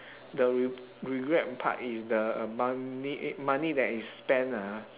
the regret part is the uh money eh money that is spent lah ha